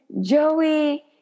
joey